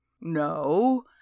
No